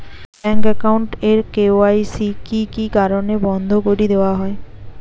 Bank account এর KYC কি কি কারণে বন্ধ করি দেওয়া হয়?